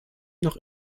noch